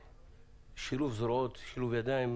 שילוב זרועות, שילוב ידיים.